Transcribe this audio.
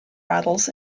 rattles